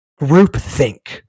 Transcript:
Groupthink